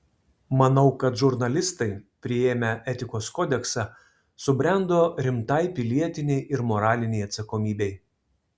manau kad žurnalistai priėmę etikos kodeksą subrendo rimtai pilietinei ir moralinei atsakomybei